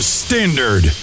standard